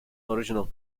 original